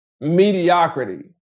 mediocrity